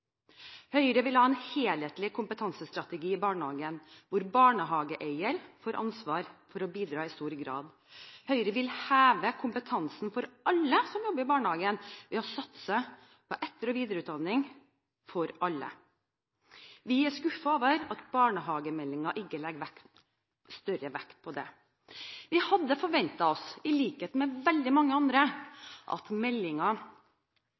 Høyre vil ha en helhetlig kompetansestrategi i barnehagen, hvor barnehageeier får ansvar for å bidra i stor grad. Høyre vil heve kompetansen for alle som jobber i barnehagen, ved å satse på etter- og videreutdanning for alle. Vi er skuffet over at barnehagemeldingen ikke legger større vekt på det. Vi hadde forventet – i likhet med veldig mange